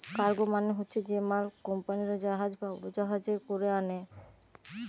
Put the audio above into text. cargo মানে হচ্ছে যে মাল কুম্পানিরা জাহাজ বা উড়োজাহাজে কোরে আনে